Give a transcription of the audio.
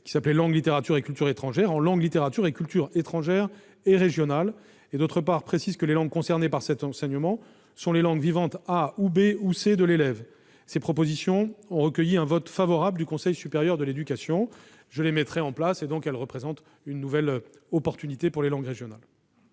de spécialité « Langues, littératures et cultures étrangères » en « Langues, littératures et cultures étrangères et régionales », et, d'autre part, précise que les langues concernées par cet enseignement sont les langues vivantes A ou B ou C de l'élève. Ces propositions ont recueilli un vote favorable du Conseil. Ces mesures que je mettrai en place représentent, je le redis, une nouvelle opportunité pour les langues régionales.